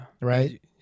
Right